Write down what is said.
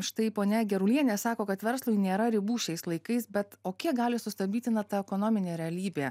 štai ponia gerulienė sako kad verslui nėra ribų šiais laikais bet o kiek gali sustabdyti na ta ekonominė realybė